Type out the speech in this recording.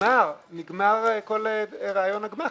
שנגמר כל רעיון הגמ"ח.